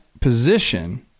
position